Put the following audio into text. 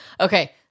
Okay